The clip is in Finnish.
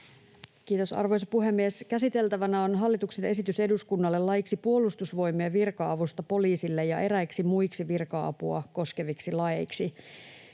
Kiitos, arvoisa puhemies! Käsiteltävänä on hallituksen esitys eduskunnalle laiksi Puolustusvoimien virka-avusta poliisille ja eräiksi muiksi virka-apua koskeviksi laeiksi.